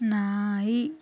ನಾಯಿ